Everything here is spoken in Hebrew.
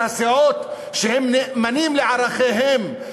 על הסיעות שהן נאמנות לערכיהן,